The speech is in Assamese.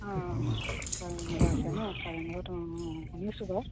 অঁ কাৰেংঘৰ আছে নহ্ কাৰেংঘৰটো অঁ শুনিছো বাৰু